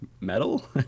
metal